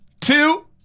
two